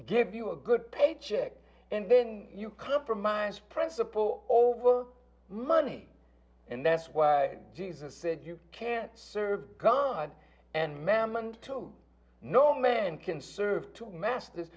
give you a good paycheck and then you compromise principle over money and that's why jesus said you can't serve god and mammon to no man can serve two masters